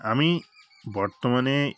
আমি বর্তমানে